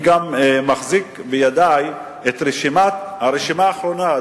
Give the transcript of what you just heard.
אני גם מחזיק בידי את הרשימה האחרונה,